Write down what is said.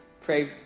pray